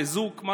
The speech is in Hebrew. לזוג,